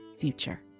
future